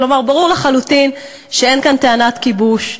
כלומר, ברור לחלוטין שאין כאן טענת כיבוש.